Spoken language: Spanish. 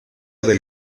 del